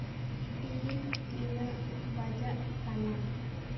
ᱛᱤᱱ ᱛᱤᱱᱟᱹᱜ ᱵᱟᱡᱟᱜ ᱠᱟᱱᱟ